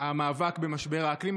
המאבק במשבר האקלים,